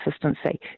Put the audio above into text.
consistency